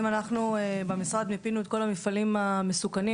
במשרד מיפינו את כל המפעלים המסוכנים